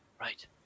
right